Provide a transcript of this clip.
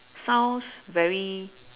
sounds very